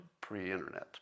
pre-internet